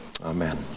Amen